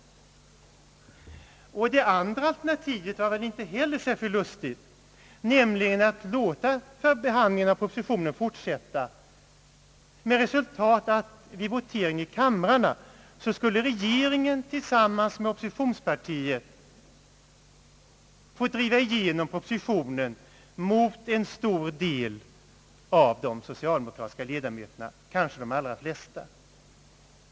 Inte heller det andra alternativet var väl särskilt lustigt — att låta behandlingen av propositionen fortsätta med resultat att vid votering i kamrarna skulle regeringen tillsammans med oppositionspartierna ha fått driva igenom propositionen mot en stor del av de socialdemokratiska ledamöterna, kanske de allra flesta.